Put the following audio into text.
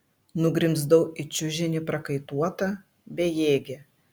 nugrimzdau į čiužinį prakaituota bejėgė